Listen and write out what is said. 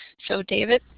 so david,